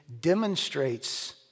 demonstrates